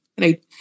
Right